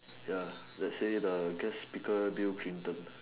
ya let's say the guest speaker build kingdom